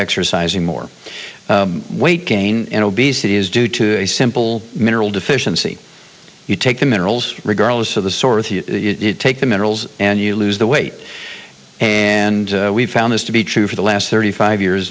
exercising more weight gain and obesity is due to a simple mineral deficiency you take the minerals regardless of the sort of it take the minerals and you lose the weight and we've found this to be true for the last thirty five years